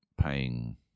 paying